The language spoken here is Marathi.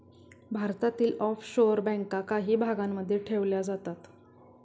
भारतातील ऑफशोअर बँका काही भागांमध्ये ठेवल्या जातात